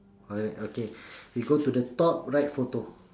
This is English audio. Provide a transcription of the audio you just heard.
alright okay we go to the top right photo